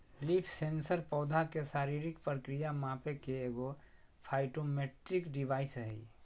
leaf sensor पौधा के शारीरिक प्रक्रिया मापे के एगो फाइटोमेट्रिक डिवाइस हइ